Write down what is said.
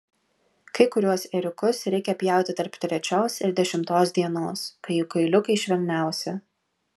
kai kuriuos ėriukus reikia pjauti tarp trečios ir dešimtos dienos kai jų kailiukai švelniausi